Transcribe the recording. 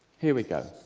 here we go.